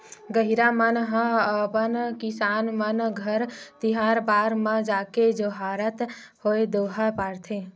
गहिरा मन ह अपन किसान मन घर तिहार बार म जाके जोहारत होय दोहा पारथे